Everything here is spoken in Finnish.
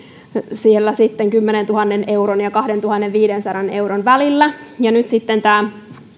siellä kymmenentuhannen euron ja kahdentuhannenviidensadan euron välillä ja nyt sitten tämä